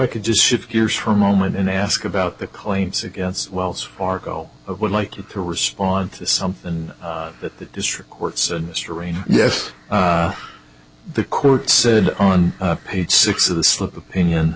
i could just shift gears for a moment and ask about the claims against wells fargo of would like to respond to something that the district court said mr rain yes the court said on page six of the slip opinion